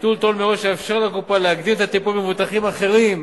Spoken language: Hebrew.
ביטול תור מראש יאפשר לקופה להקדים את הטיפול במבוטחים אחרים,